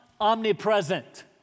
omnipresent